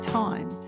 time